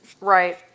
Right